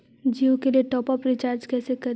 जियो के लिए top up recharge कैसे करी?